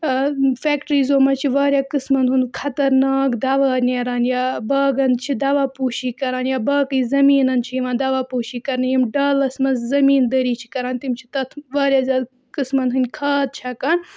فٮ۪کٹِرٛیٖزو منٛز چھِ واریاہ قٕسمَن ہُنٛد خطرناک دَوا نیران یا باغَن چھِ دَوا پوٗشی کَران یا باقٕے زٔمیٖنَن چھِ یِوان دَوا پوٗشی کَرنہٕ یِم ڈَلَس منٛز زٔمیٖندٲری چھِ کَران تِم چھِ تَتھ واریاہ زیادٕ قٕسمَن ہٕنٛدۍ کھاد چھَکان